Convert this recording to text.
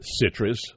citrus